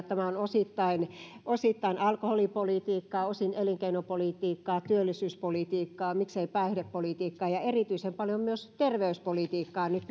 tämä on osittain osittain alkoholipolitiikkaa osin elinkeinopolitiikkaa työllisyyspolitiikkaa miksei päihdepolitiikkaa ja erityisen paljon myös terveyspolitiikkaa nyt